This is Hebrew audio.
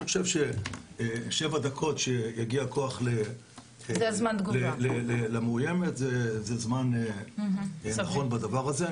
אני חושב ששבע דקות עד שיגיע כוח למאוימת זה זמן נכון בדבר הזה.